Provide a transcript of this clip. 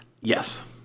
Yes